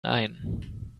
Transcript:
ein